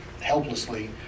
helplessly